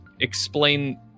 explain